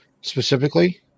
specifically